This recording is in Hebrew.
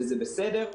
וזה בסדר.